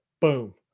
boom